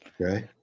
Okay